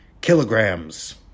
Kilograms